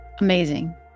amazing